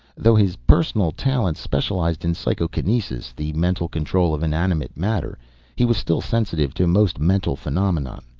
though his personal talents specialized in psychokinesis the mental control of inanimate matter he was still sensitive to most mental phenomena.